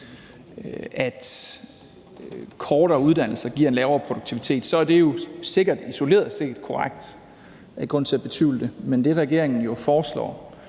at kortere uddannelser giver en lavere produktivitet, sikkert isoleret set er korrekt, og at der ikke er nogen grund til at betvivle det, men det, som regeringen jo foreslår,